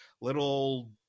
little